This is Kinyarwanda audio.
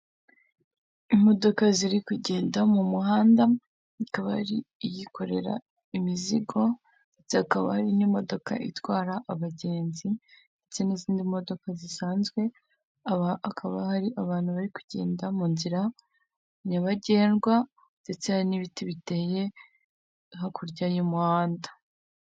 Imodoka ziri kugenda mu muhanda, ikaba ari iyikorera imizigo ndetse hakaba hari imodoka itwara abagenzi, ndetse n'izindi modoka zisanzwe. Aba akaba ari abantu bari kugenda mu nzira nyabagendwa ndetse hari n'ibiti biteye hakurya y'umuhanda.